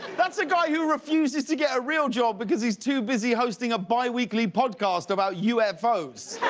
that's a guy who refuses to get a real job because he's too busy hosting a bi-weekly podcast about u f o s.